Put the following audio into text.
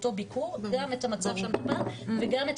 באותו ביקור גם את המצב של המטופל וגם את